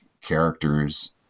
characters